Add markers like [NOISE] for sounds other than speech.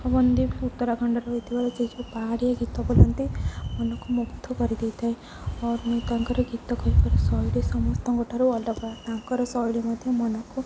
ପବନଦୀପ ଉତ୍ତରାଖଣ୍ଡରୁ [UNINTELLIGIBLE] ଯେଉଁ ପାହାଡ଼ିଏ ଗୀତ ବୋଲାନ୍ତି ମନକୁ ମୁଗ୍ଧ କରିଦେଇଥାଏ ଅର୍ ମୁଇଁ ତାଙ୍କର ଗୀତ ଗାଇବାର ଶୈଳୀ ସମସ୍ତଙ୍କ ଠାରୁ ଅଲଗା ତାଙ୍କର ଶୈଳୀ ମଧ୍ୟ ମନକୁ